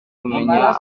kumenya